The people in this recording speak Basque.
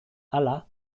hala